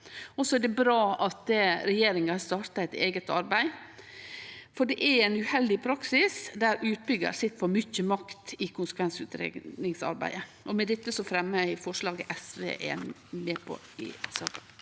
er det bra at regjeringa har starta eit eige arbeid, for det er ein uheldig praksis der utbyggjar sit med for mykje makt i konsekvensutgreiingsarbeidet. Med dette fremjar eg forslaget SV er med på i saka.